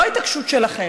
לא התעקשות שלכם,